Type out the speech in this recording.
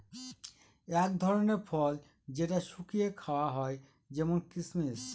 এক ধরনের ফল যেটা শুকিয়ে খাওয়া হয় যেমন কিসমিস